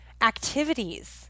activities